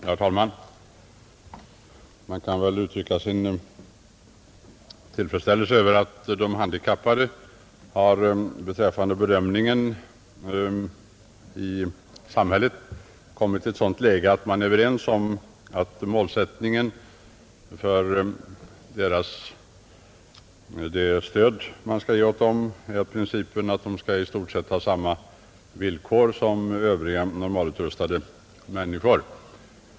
Herr talman! Man kan väl uttrycka sin tillfredsställelse över att vi är överens om målsättningen beträffande samhällets stöd åt de handikappade, nämligen att dessa i princip skall ha i stort sett samma villkor som övriga, normalutrustade människor.